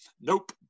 Nope